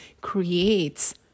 creates